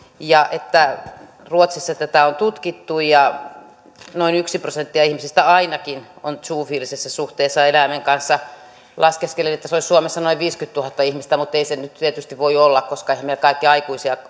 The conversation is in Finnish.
ja että ruotsissa tätä on tutkittu ja ainakin noin yksi prosentti ihmisistä on zoofiilisessä suhteessa eläimen kanssa laskeskelin että se olisi suomessa noin viisikymmentätuhatta ihmistä mutta ei se nyt tietysti voi olla koska eiväthän meillä kaikki aikuisia